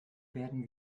werden